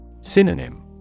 Synonym